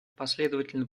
последовательно